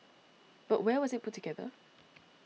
but where was it put together